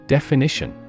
Definition